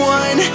one